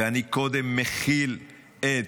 ואני קודם מחיל את